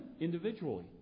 individually